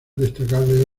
destacable